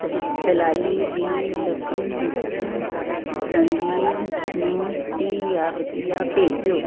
ਦਲ ਦਲਾਲੀ ਦੀ ਰਕਮ ਵਜੋਂ ਰਣਬੀਰ ਨੂੰ ਤੀਹ ਹਜ਼ਾਰ ਰੁਪਈਆ ਭੇਜੋ